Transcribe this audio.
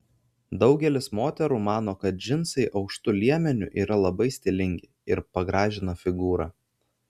daugelis moterų mano kad džinsai aukštu liemeniu yra labai stilingi ir pagražina figūrą